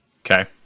Okay